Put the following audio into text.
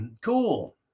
Cool